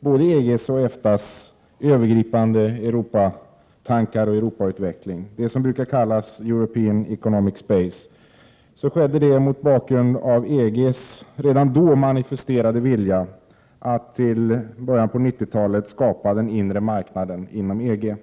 både EG:s och EFTA:s övergripande Europautveckling — det som brukar kallas European Economic Space — skedde det mot bakgrund av EG:s redan då manifesterade vilja att till början av 90-talet skapa den inre marknaden inom EG.